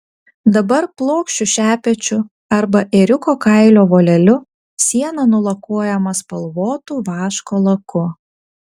dabar plokščiu šepečiu arba ėriuko kailio voleliu siena nulakuojama spalvotu vaško laku